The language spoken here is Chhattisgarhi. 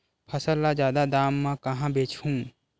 फसल ल जादा दाम म कहां बेचहु?